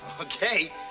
Okay